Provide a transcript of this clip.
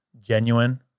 genuine